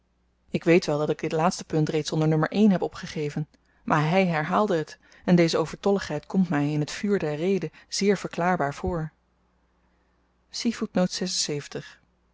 ik weet wel dat ik dit laatste punt reeds onder nummer één heb opgegeven maar hy herhaalde het en deze overtolligheid komt my in het vuur der rede zeer verklaarbaar voor